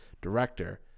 director